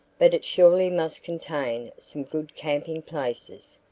but it surely must contain some good camping places.